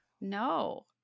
no